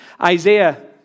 Isaiah